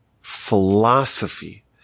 philosophy